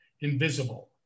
invisible